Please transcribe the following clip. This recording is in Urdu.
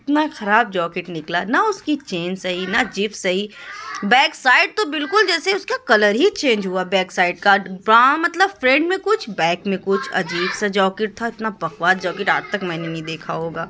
اتنا خراب جاکٹ نکلا نہ اس کی چین صحیح نہ جپ صحیح بیک سائیڈ تو بالکل جیسے اس کا کلر ہی چینج ہوا بیک سائیڈ کا برا مطلب فرینٹ میں کچھ بیک میں کچھ عجیب سا جاکٹ تھا اتنا بکواس جاکٹ آج تک میں نے نہیں دیکھا ہوگا